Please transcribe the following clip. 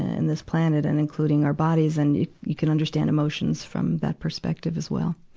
in this planet and including our bodies and you, you can understand emotions from that perspective as well.